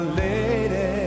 lady